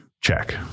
check